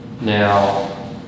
Now